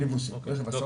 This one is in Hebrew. מיניבוסים, רכב הסעות.